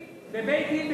אחוז, בבית-דין בתל-אביב,